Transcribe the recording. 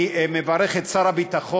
אני מברך את שר הביטחון,